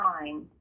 time